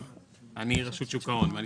מרשות שוק ההון.